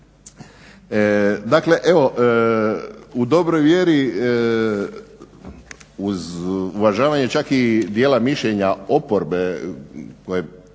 Dakle, evo u dobroj vjeri uz uvažavanje čak i dijela mišljenja oporbe koje